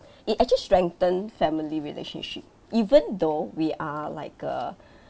it actually strengthen family relationship even though we are like uh